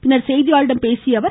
பின்னர் செய்தியாளர்களிடம் பேசியஅவர்